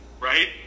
right